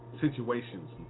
situations